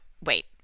wait